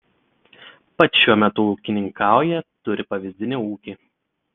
pats šiuo metu ūkininkauja turi pavyzdinį ūkį